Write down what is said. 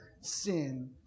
sin